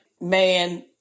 Man